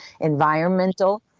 environmental